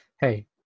hey